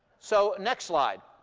so, next slide